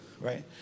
right